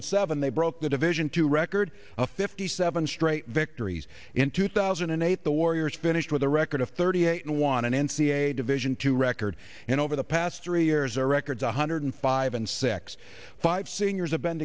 and seven they broke the division two record a fifty seven straight victories in two thousand and eight the warriors finished with a record of thirty eight and won an n c a a division two record and over the past three years or records one hundred five and six five seniors have been